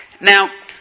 Now